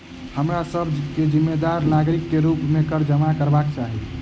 हमरा सभ के जिम्मेदार नागरिक के रूप में कर जमा करबाक चाही